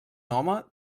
home